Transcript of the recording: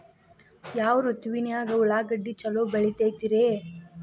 ಯಾವ ಋತುವಿನಾಗ ಉಳ್ಳಾಗಡ್ಡಿ ಛಲೋ ಬೆಳಿತೇತಿ ರೇ?